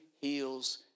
heals